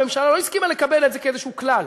הממשלה לא הסכימה לקבל את זה כאיזה כלל,